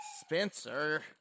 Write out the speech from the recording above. Spencer